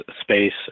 space